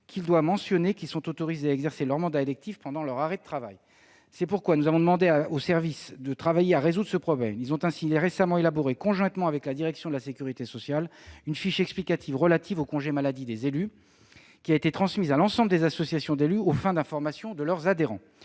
qu'il doit expressément les autoriser à exercer leur mandat électif pendant leur arrêt de travail. C'est pourquoi nous avons demandé à nos services de travailler à la résolution de ce problème. Ils ont ainsi récemment élaboré, conjointement avec la Direction de la sécurité sociale, une fiche explicative relative aux congés maladie des élus, qui a été transmise à l'ensemble des associations d'élus aux fins d'information de leurs adhérents.